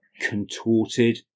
contorted